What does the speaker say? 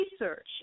research